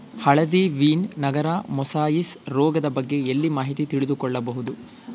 ಹಳದಿ ವೀನ್ ನರದ ಮೊಸಾಯಿಸ್ ರೋಗದ ಬಗ್ಗೆ ಎಲ್ಲಿ ಮಾಹಿತಿ ತಿಳಿದು ಕೊಳ್ಳಬಹುದು?